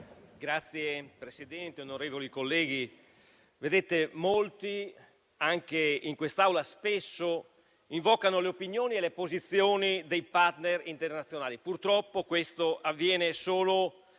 Signor Presidente, onorevoli colleghi, molti anche in quest'Aula spesso invocano le opinioni e le posizioni dei *partner* internazionali. Purtroppo questo avviene solo